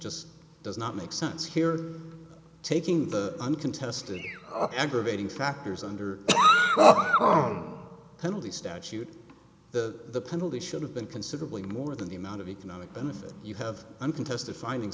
just does not make sense here taking the uncontested aggravating factors under my own penalty statute the penalty should have been considerably more than the amount of economic benefit you have uncontested finding